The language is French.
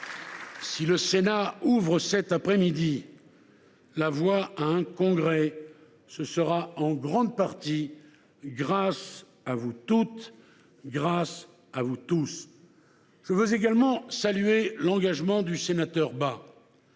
Si le Sénat ouvre, cet après midi, la voie à un Congrès, ce sera en grande partie grâce à vous toutes et à vous tous. Je veux également saluer l’engagement du sénateur Bas,